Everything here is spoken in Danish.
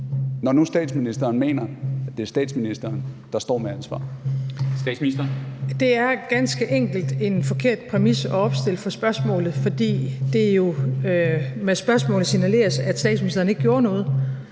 Statsministeren. Kl. 13:11 Statsministeren (Mette Frederiksen): Det er ganske enkelt en forkert præmis at opstille for spørgsmålet, fordi det jo med spørgsmålet signaleres, at statsministeren ikke gjorde noget,